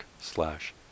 slash